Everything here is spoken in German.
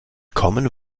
common